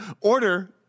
order